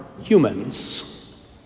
humans